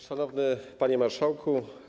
Szanowny Panie Marszałku!